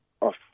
off